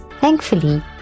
Thankfully